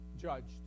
judged